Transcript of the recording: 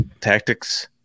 tactics